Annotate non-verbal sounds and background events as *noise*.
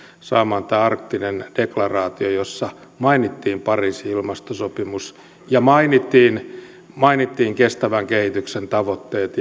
saamaan tämän arktisen deklaraation jossa mainittiin pariisin ilmastosopimus ja mainittiin mainittiin kestävän kehityksen tavoitteet *unintelligible*